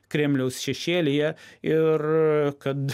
kremliaus šešėlyje ir kad